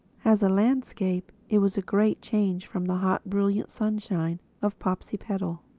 as a landscape, it was a great change from the hot brilliant sunshine of popsipetel.